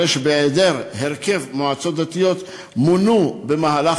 הרי שבהיעדר הרכב מועצות דתיות מונו במהלך